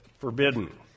forbidden